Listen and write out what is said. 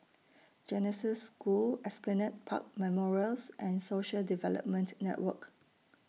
Genesis School Esplanade Park Memorials and Social Development Network